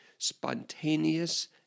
Spontaneous